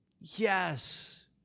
Yes